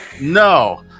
No